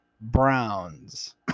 Browns